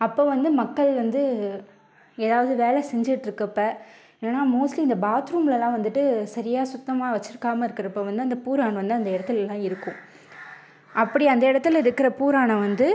அப்போது வந்து மக்கள் வந்து ஏதாவது வேலை செஞ்சுட்டு இருக்கறப்ப இல்லைன்னா மோஸ்ட்லி இந்த பாத்ரூம்லலாம் வந்துட்டு சரியாக சுத்தமாக வச்சிருக்காமல் இருக்கிறப்ப வந்து அந்த பூரான் வந்து அந்த இடத்துலலாம் இருக்கும் அப்படி அந்த இடத்துல இருக்கிற பூரானை வந்து